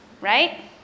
Right